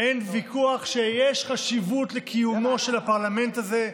אין ויכוח שיש חשיבות לקיומו של הפרלמנט הזה,